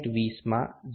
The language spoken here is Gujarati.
20માં 0